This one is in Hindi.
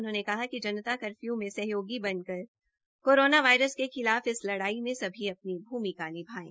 उन्होंने कहा कि जनता कर्फयू में सहयोगी बनकर कोरोना वायरस के खिलाफ इस लड़ाई में सभी अपनी भूमिका निभायें